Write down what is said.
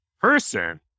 person